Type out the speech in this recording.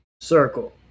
circle